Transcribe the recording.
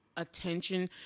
Attention